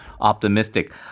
optimistic